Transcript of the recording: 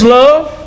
love